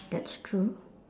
that's true